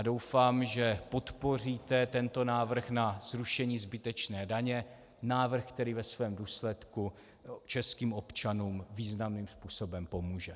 Doufám, že podpoříte tento návrh na zrušení zbytečné daně, návrh, který ve svém důsledku českým občanům významným způsobem pomůže.